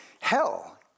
Hell